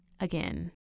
again